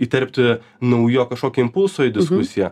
įterpti naujo kažkokio impulso į diskusiją